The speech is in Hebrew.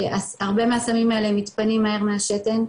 הרבה מהסמים האלה הם מתפנים מהר מהשתן,